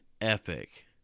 epic